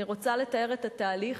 אני רוצה לתאר את התהליך.